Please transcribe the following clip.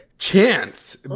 chance